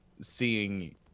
seeing